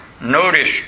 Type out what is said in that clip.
Notice